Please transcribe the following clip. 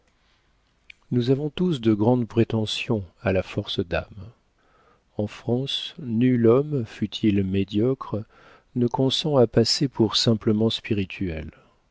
nous avons tous de grandes prétentions à la force d'âme en france nul homme fût-il médiocre ne consent à passer pour simplement spirituel